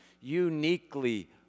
uniquely